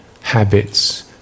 habits